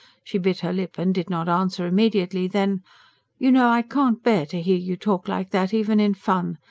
she bit her lip and did not answer immediately. then you know i can't bear to hear you talk like that, even in fun.